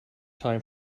time